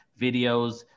videos